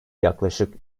yaklaşık